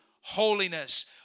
holiness